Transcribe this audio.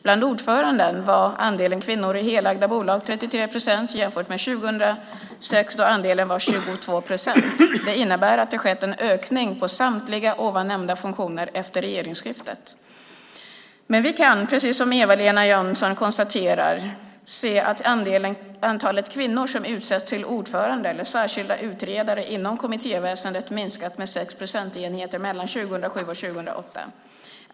Bland ordförande var andelen kvinnor i helägda bolag 33 procent jämfört med 2006 då andelen var 22 procent. Det innebär att det har skett en ökning på samtliga nämnda funktioner efter regeringsskiftet. Men vi kan, precis som Eva-Lena Jansson konstaterar, se att antalet kvinnor som har utsetts till ordförande eller särskilda utredare inom kommittéväsendet har minskat med 6 procentenheter mellan 2007 och 2008.